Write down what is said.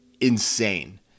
insane